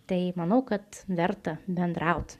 tai manau kad verta bendraut